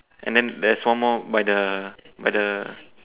and then there's one more by the by the